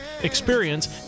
experience